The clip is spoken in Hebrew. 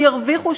שירוויחו,